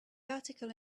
article